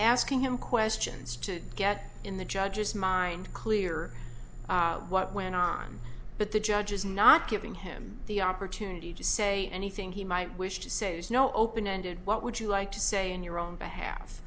asking him questions to get in the judge's mind clear what went on but the judge is not giving him the opportunity to say anything he might wish to say there's no open ended what would you like to say in your own behalf